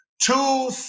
Two